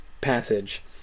passage